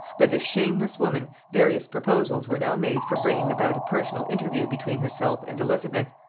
by this shameless woman various proposals were now made for bringing about a personal interview between herself and elizabeth.